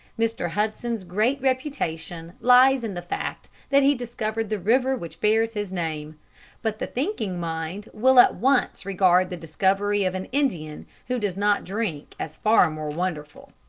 mr. hudson's great reputation lies in the fact that he discovered the river which bears his name but the thinking mind will at once regard the discovery of an indian who does not drink as far more wonderful.